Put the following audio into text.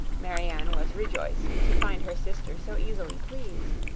marianne was rejoiced to find her sister so easily pleased.